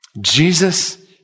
Jesus